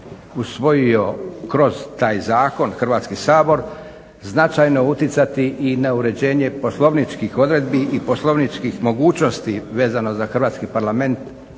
usvojio kroz taj zakon Hrvatski sabor značajno utjecati i na uređenje poslovničkih odredbi i poslovničkih mogućnosti vezano za Hrvatski parlament